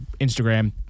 Instagram